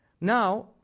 Now